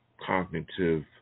cognitive